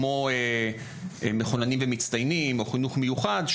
כמו מחוננים ומצטיינים או חינוך מיוחד,